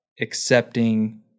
accepting